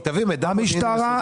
המשטרה,